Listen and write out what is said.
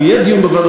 אם יהיה דיון בוועדה,